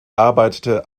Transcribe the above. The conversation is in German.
arbeitete